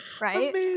right